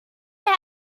eher